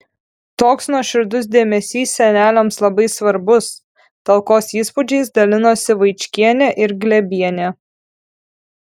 toks nuoširdus dėmesys seneliams labai svarbus talkos įspūdžiais dalinosi vaičkienė ir glėbienė